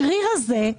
השריר הזה,